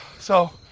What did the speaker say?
so,